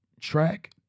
track